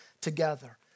together